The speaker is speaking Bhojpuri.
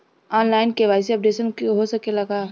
आन लाइन के.वाइ.सी अपडेशन हो सकेला का?